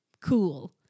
cool